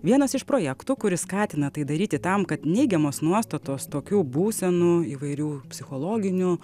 vienas iš projektų kuris skatina tai daryti tam kad neigiamos nuostatos tokių būsenų įvairių psichologinių